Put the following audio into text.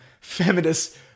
feminist